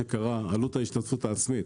עלות ההשתתפות העצמית